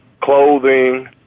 clothing